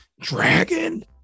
Dragon